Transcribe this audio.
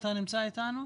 אתה אתנו?